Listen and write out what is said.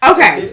Okay